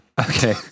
Okay